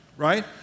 right